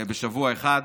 בשבוע אחד.